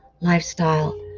lifestyle